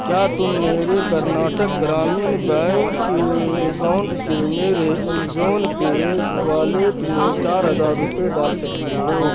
کیا تم میرے کرناٹک گرامین بینک اکاؤنٹ سے میرے امزون پے والیٹ میں چار ہزار روپے ڈال سکتے ہو